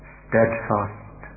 steadfast